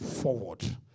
forward